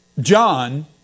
John